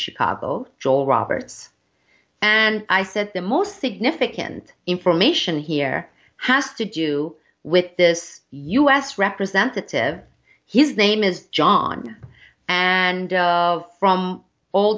chicago john roberts and i said the most significant information here has to do with this u s representative his name is john and of from all